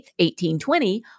1820